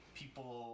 people